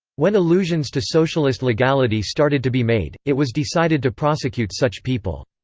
when allusions to socialist legality started to be made, it was decided to prosecute such people.